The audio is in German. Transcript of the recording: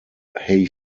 hai